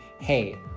hey